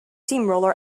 steamroller